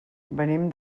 venim